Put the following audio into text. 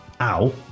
ow